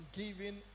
giving